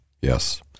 yes